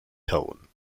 tone